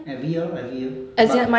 every year lor every year but